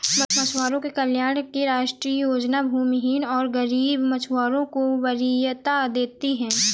मछुआरों के कल्याण की राष्ट्रीय योजना भूमिहीन और गरीब मछुआरों को वरीयता देती है